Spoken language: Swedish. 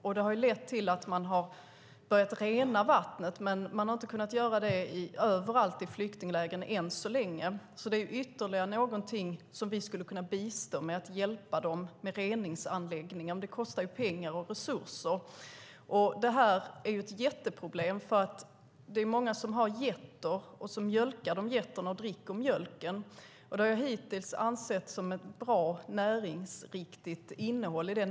Detta har lett till att man börjat rena vattnet, men man har inte kunnat göra det överallt i flyktinglägren än så länge. Reningsanläggningar är alltså ytterligare någonting som vi skulle kunna bistå med. Men det kostar pengar och resurser. Det här är ett jätteproblem. Många har getter som de mjölkar. Det har hittills ansetts som att mjölken de dricker har ett bra och näringsriktigt innehåll.